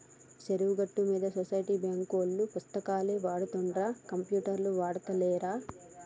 చెరువు గట్టు మీద సొసైటీ బాంకులోల్లు పుస్తకాలే వాడుతుండ్ర కంప్యూటర్లు ఆడుతాలేరా